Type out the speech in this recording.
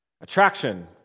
attraction